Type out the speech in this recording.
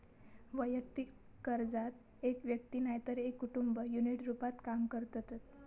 वैयक्तिक कर्जात एक व्यक्ती नायतर एक कुटुंब युनिट रूपात काम करतत